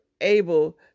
able